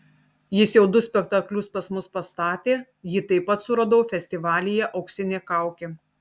jis jau du spektaklius pas mus pastatė jį taip pat suradau festivalyje auksinė kaukė